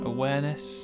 Awareness